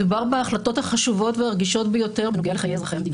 מדובר בהחלטות החשובות והרגישות ביותר בנוגע לחיי אזרחי המדינה.